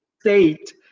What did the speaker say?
state